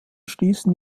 schließen